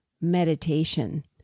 meditation